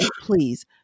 please